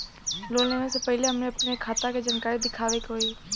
Loan लेवे से पहिले अपने खाता के जानकारी दिखावे के होई?